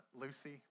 Lucy